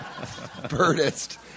Birdist